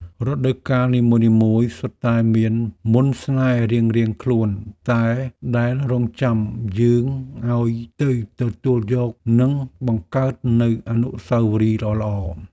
រដូវកាលនីមួយៗសុទ្ធតែមានមន្តស្នេហ៍រៀងៗខ្លួនដែលរង់ចាំយើងឱ្យទៅទទួលយក និងបង្កើតនូវអនុស្សាវរីយ៍ល្អៗ។